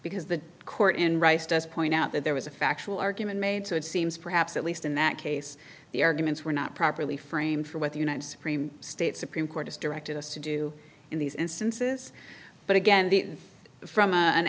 because the court in rice does point out that there was a factual argument made so it seems perhaps at least in that case the arguments were not properly framed for what the united supreme state supreme court has directed us to do in these instances but again the from an an